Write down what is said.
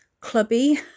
clubby